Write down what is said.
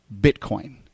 Bitcoin